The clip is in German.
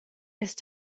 ist